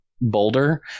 boulder